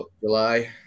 July